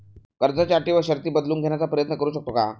कर्जाच्या अटी व शर्ती बदलून घेण्याचा प्रयत्न करू शकतो का?